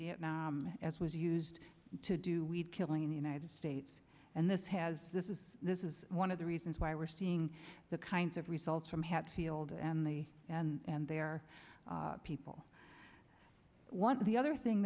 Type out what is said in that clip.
vietnam as was used to do weed killing in the united states and this has this is this is one of the reasons why we're seeing the kinds of results from hatfield and they and their people one of the other thing